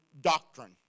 doctrine